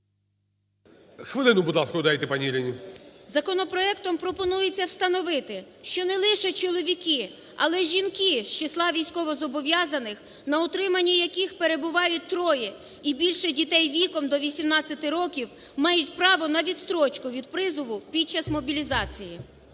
Законопроектом пропонується встановити, що не лише чоловіки, але й жінки з числа військовозобов'язаних, на утриманні яких перебувають троє і більше дітей віком до 18 років, мають право на відстрочку від призову під час мобілізації.